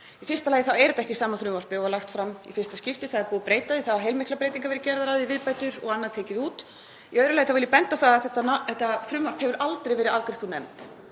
Í fyrsta lagi er þetta ekki sama frumvarpið og var lagt fram í fyrsta skipti. Það er búið að breyta því, það hafa heilmiklar breytingar verið gerðar á því, viðbætur og annað tekið út. Í öðru lagi vil ég benda á það að þetta frumvarp hefur aldrei verið afgreitt úr nefnd.